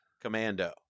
Commando